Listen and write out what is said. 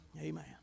Amen